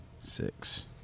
Six